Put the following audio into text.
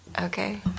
Okay